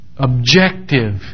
Objective